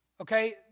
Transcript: Okay